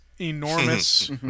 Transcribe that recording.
enormous